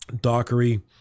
Dockery